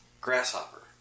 grasshopper